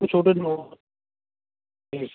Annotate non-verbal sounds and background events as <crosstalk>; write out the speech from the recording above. ਛੋਟੇ <unintelligible> ਤੇ